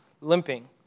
limping